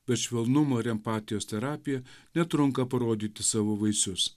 bet švelnumo ir empatijos terapija netrunka parodyti savo vaisius